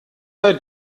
sei